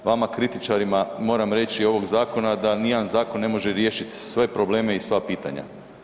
Vama kritičarima moram reći ovog zakona da ni jedan zakon ne može riješiti sve probleme i sva pitanja.